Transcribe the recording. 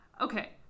Okay